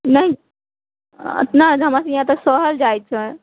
नहि नऽ तऽ हमरासभके इहाँ तऽ सहल जाइ छै